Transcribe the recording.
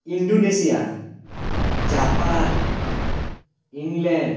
Indonesia Japan England